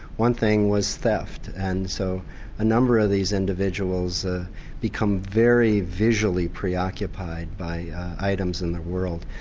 one thing was theft and so a number of these individuals ah become very visually preoccupied by items in the world.